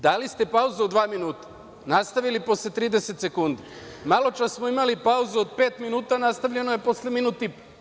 Dakle, dali ste pauzu od dva minuta, nastavili posle 30 sekundi, a maločas smo imali pauzu od pet minuta i nastavljeno je posle minut i po.